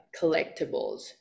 collectibles